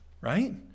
right